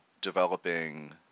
developing